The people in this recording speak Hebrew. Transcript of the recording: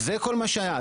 זה כל מה שהיה.